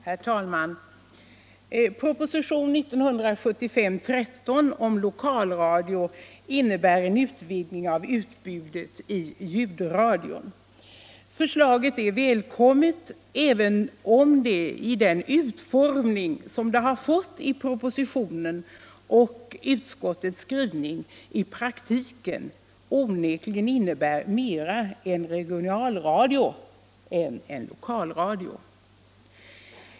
Herr talman! Propositionen 1975:13 om lokalradio innebär en utvidgning av utbudet i ljudradion. Förslaget är välkommet även om det i den utformning som det har fått i propositionen och i utskottets skrivning i praktiken onekligen innebär mera en regionalradio än en lokalradio.